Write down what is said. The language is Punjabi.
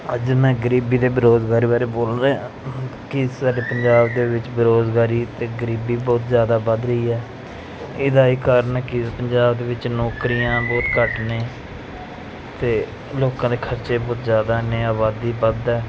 ਅੱਜ ਮੈਂ ਗਰੀਬੀ ਅਤੇ ਬੇਰੁਜ਼ਗਾਰੀ ਬਾਰੇ ਬੋਲ ਰਿਹਾ ਕਿ ਸਾਡੇ ਪੰਜਾਬ ਦੇ ਵਿੱਚ ਬੇਰੁਜ਼ਗਾਰੀ ਅਤੇ ਗਰੀਬੀ ਬਹੁਤ ਜ਼ਿਆਦਾ ਵੱਧ ਰਹੀ ਹੈ ਇਹਦਾ ਇਹ ਕਾਰਨ ਹੈ ਕਿ ਪੰਜਾਬ ਵਿੱਚ ਨੌਕਰੀਆਂ ਬਹੁਤ ਘੱਟ ਨੇ ਅਤੇ ਲੋਕਾਂ ਦੇ ਖਰਚੇ ਬਹੁਤ ਜ਼ਿਆਦਾ ਨੇ ਆਬਾਦੀ ਵੱਧ ਹੈ